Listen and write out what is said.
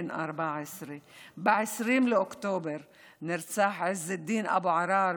בן 14. ב-20 באוקטובר נרצח עז אל-דין אבו עראר,